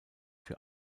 für